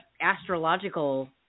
astrological